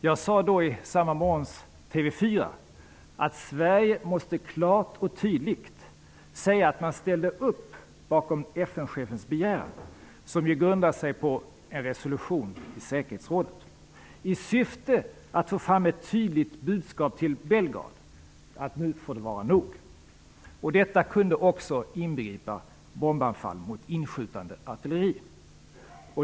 Jag sade då i TV 4 samma morgon att Sverige klart och tydligt måste säga att man ställer upp bakom FN-chefens begäran som grundar sig på en resolution i säkerhetsrådet, i syfte att få fram ett tydligt budskap till Belgrad om att det nu får vara nog. Detta kunde också inbegripa bombanfall mot inskjutande artilleri.